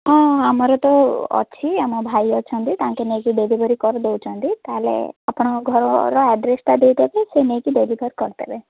ହଁ ଆମର ତ ଅଛି ଆମ ଭାଇ ଅଛନ୍ତି ତାଙ୍କେ ନେଇକି ଡେଲିଭରୀ କରି ଦେଉଛନ୍ତି ତାହାଲେ ଆପଣ ଘରର ଆଡ୍ରେସଟା ଦେଇଦେବେ ସେ ନେଇକି ଡେଲିଭର କରିଦେବେ